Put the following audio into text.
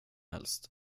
helst